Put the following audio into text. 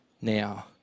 now